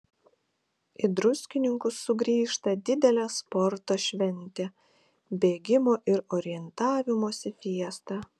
į druskininkus sugrįžta didelė sporto šventė bėgimo ir orientavimosi fiesta